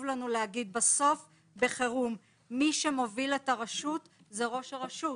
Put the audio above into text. בסוף, בחירום, מי שמוביל את הרשות הוא ראש הרשות.